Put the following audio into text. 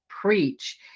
preach